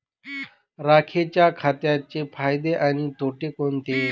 राखेच्या खताचे फायदे आणि तोटे कोणते?